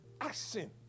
action